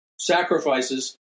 sacrifices